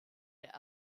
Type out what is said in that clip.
der